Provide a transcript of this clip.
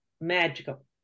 magical